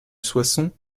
soissons